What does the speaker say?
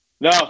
No